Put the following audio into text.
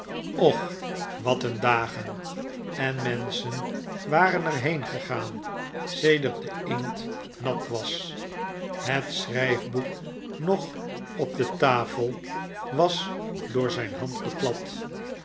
och wat een dagen en menschen waren er heengegaan sedert de inkt nat was het schrijfboek nog op de tafel was door zijn hand beklad